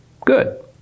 good